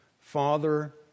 Father